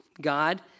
God